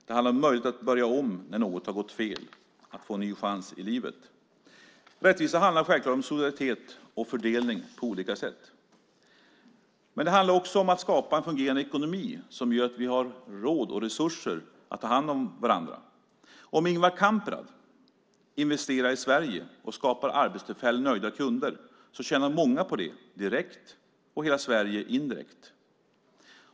Det handlar om möjligheter att börja om när något har gått fel - att få en ny chans i livet. Rättvisa handlar självfallet om solidaritet och fördelning på olika sätt. Men det handlar också om att skapa en fungerande ekonomi som gör att vi har råd och resurser att ta hand om varandra. Om Ingvar Kamprad investerar i Sverige och skapar arbetstillfällen och nöjda kunder tjänar många på det direkt och hela Sverige indirekt.